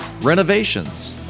renovations